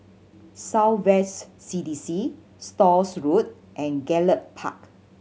South West C D C Stores Road and Gallop Park